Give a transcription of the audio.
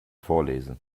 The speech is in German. vorlesen